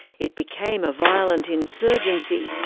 it became a violent insurgency,